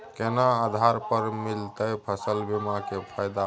केना आधार पर मिलतै फसल बीमा के फैदा?